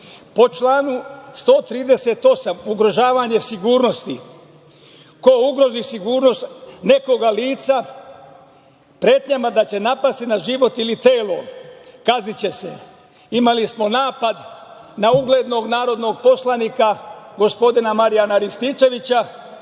članu 138. – ugrožavanje sigurnosti. Ko ugrozi sigurnost nekoga lica pretnjama da će napasti na život ili telo, kazniće se. Imali smo napad na uglednom narodnog poslanika, gospodina Marijana Rističevića,